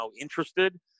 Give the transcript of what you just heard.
interested